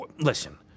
Listen